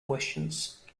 questions